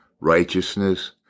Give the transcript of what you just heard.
righteousness